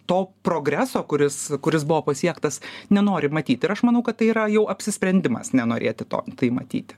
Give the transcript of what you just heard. to progreso kuris kuris buvo pasiektas nenori matyt ir aš manau kad tai yra jau apsisprendimas nenorėti to tai matyti